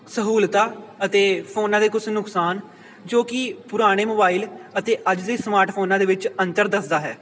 ਸਹੂਲਤਾਂ ਅਤੇ ਫੋਨਾਂ ਦੇ ਕੁਝ ਨੁਕਸਾਨ ਜੋ ਕਿ ਪੁਰਾਣੇ ਮੋਬਾਇਲ ਅਤੇ ਅੱਜ ਦੇ ਸਮਾਰਟ ਫੋਨਾਂ ਦੇ ਵਿੱਚ ਅੰਤਰ ਦੱਸਦਾ ਹੈ